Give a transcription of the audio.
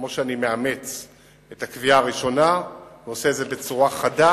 כמו שאני מאמץ את הקביעה הראשונה ועושה את זה בצורה חדה,